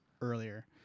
earlier